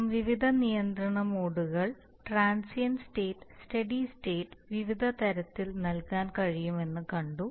നാം വിവിധ നിയന്ത്രണ മോഡുകൾ ട്രാൻസിയൻറ്റ് സ്റ്റേറ്റ് സ്റ്റെഡി സ്റ്റേറ്റ് പ്രകടനം വിവിധ തരത്തിൽ നൽകാൻ കഴിയുo എന്ന് കണ്ടു